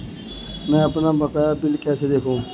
मैं अपना बकाया बिल कैसे देखूं?